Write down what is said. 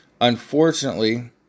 Unfortunately